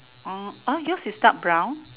oh yours is dark brown